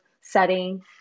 setting